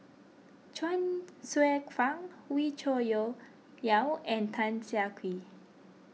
Chuang Hsueh Fang Wee Cho Yaw and Tan Siah Kwee